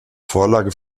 vorlage